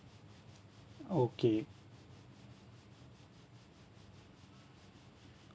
okay